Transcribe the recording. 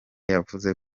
yavuze